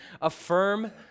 Affirm